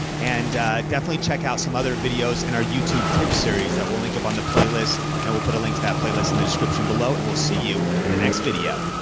and definitely check out some other videos in our youtube tip series that we'll link up on the playlist and we'll put a link to that playlist in the description below and we'll see you in the next video.